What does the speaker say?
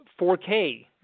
4K